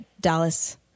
Dallas